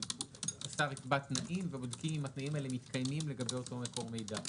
השר יקבע תנאים ובודקים אם הם מתקיימים לגבי אותו מקור מידע?